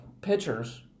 pitchers